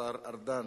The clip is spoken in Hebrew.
השר ארדן.